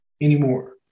anymore